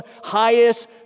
highest